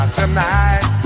tonight